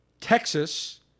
Texas